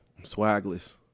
swagless